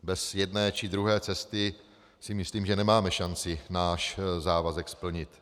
Bez jedné či druhé cesty si myslím, že nemáme šanci náš závazek splnit.